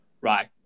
right